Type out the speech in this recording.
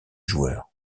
joueurs